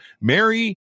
Mary